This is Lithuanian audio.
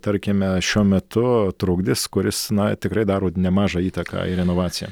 tarkime šiuo metu trukdis kuris na tikrai daro nemažą įtaką į renovaciją